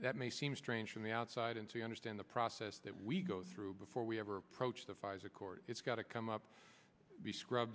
that may seem strange from the outside and to understand the process that we go through before we ever approach the pfizer court it's got to come up be scrub